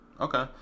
Okay